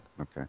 Okay